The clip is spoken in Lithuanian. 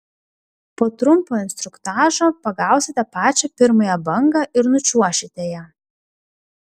po trumpo instruktažo pagausite pačią pirmąją bangą ir nučiuošite ja